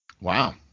Wow